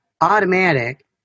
automatic